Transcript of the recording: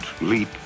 leap